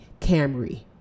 Camry